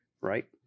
Right